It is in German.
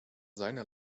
seiner